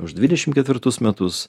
už dvidešimt ketvirtus metus